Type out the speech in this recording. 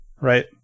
right